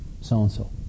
so-and-so